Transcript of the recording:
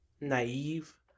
naive